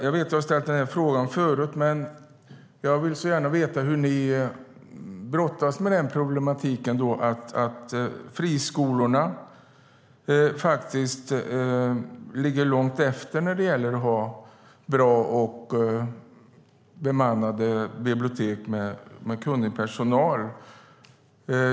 Jag har ställt frågan förut, och jag vill gärna veta hur ni, Anne Marie Brodén, brottas med problematiken att friskolorna ligger långt efter när det gäller att ha bra bemannade bibliotek, med kunnig personal.